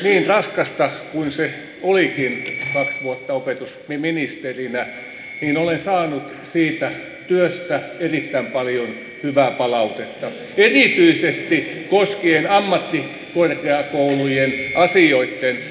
niin raskasta kuin se olikin kaksi vuotta opetusministerinä niin olen saanut siitä työstä erittäin paljon hyvää palautetta erityisesti koskien ammattikorkeakoulujen asioitten hoitoa